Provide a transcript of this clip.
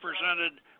presented